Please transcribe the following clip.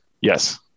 Yes